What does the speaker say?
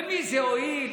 למי זה הועיל?